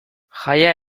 jaia